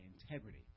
integrity